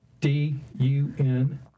D-U-N